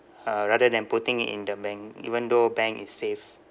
uh rather than putting it in the bank even though bank is safe